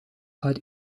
haar